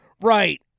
Right